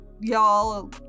y'all